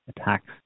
attacks